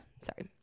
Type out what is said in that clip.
Sorry